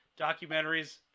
documentaries